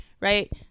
right